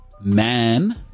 man